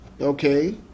okay